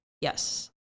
yes